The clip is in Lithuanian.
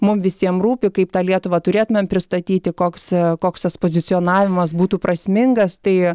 mum visiem rūpi kaip tą lietuvą turėtumėm pristatyti koks koks tas pozicionavimas būtų prasmingas tai